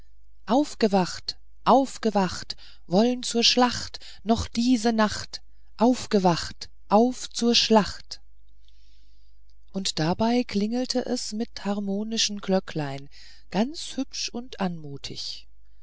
aufgewacht aufgewacht wolln zur schlacht noch diese nacht aufgewacht auf zur schlacht und dabei klingelte es mit harmonischen glöcklein gar hübsch und anmutig